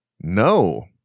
No